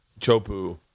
Chopu